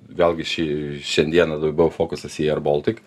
vėlgi ši šiandieną buvo fokusas į airbaltic